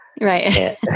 Right